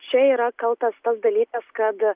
čia yra kaltas tas dalykas kad